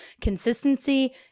Consistency